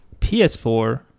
PS4